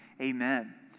amen